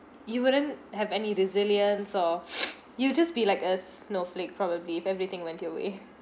you wouldn't have any resilience or you just be like a snowflake probably everything went your way